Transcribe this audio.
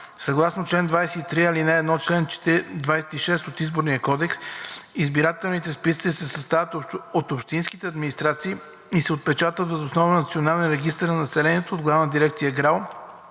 Съгласно чл. 23, ал. 1 и чл. 26 от Изборния кодекс, избирателните списъци се съставят от общинските администрации и се отпечатват въз основа на Националния регистър на населението от Главна дирекция ГРАО